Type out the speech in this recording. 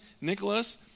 Nicholas